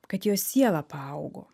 kad jo siela paaugo